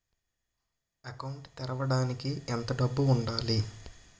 Account తెరవడానికి ఎంత డబ్బు ఉండాలి?